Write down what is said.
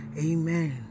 Amen